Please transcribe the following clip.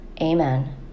Amen